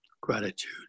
gratitude